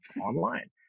online